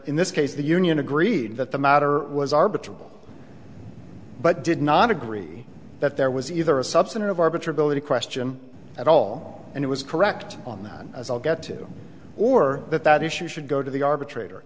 in this case the union agreed that the matter was arbitrary but did not agree that there was either a substantive arbiter ability question at all and it was correct on that as all get to or that that issue should go to the arbitrator